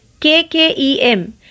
KKEM